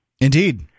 Indeed